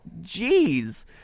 Jeez